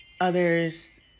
others